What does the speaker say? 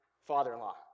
father-in-law